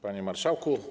Panie Marszałku!